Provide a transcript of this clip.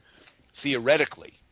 theoretically